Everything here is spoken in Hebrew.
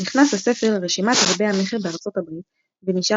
נכנס הספר לרשימת רבי המכר בארצות הברית ונשאר